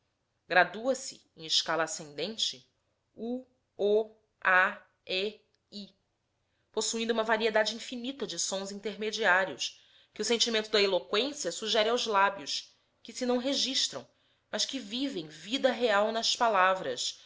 música gradua se em escala ascendente u o a e i possuindo uma variedade infinita de sons intermediários que o sentimento da eloqüência sugere aos lábios que se não registram mas que vivem vida real nas palavras